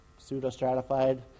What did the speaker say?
pseudostratified